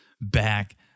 back